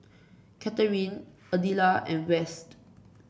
Katharyn Adela and West